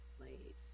late